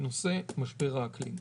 בנושא משבר האקלים.